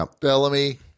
Bellamy